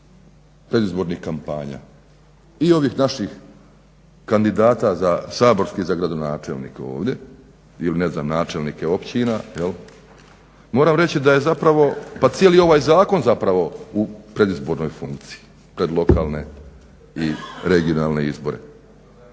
predizbornih kampanja i ovih naših kandidata saborskih za gradonačelnika ovdje ili ne znam načelnike općina moram reći da je zapravo pa cijeli ovaj zakon zapravo u predizbornoj funkciji pred lokalne i regionalne izbore.